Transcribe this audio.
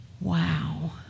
wow